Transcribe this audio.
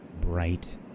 bright